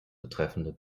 betreffenden